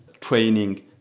Training